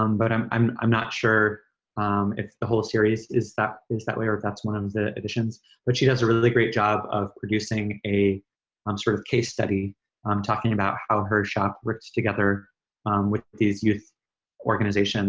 um but i'm i'm not sure if the whole series is that is that way or that's one of the additions but she does a really great job of producing a um sort of case study um talking about how her shop works together with these youth organizations